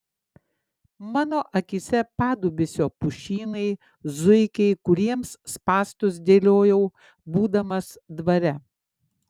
mano akyse padubysio pušynai zuikiai kuriems spąstus dėliojau būdamas dvare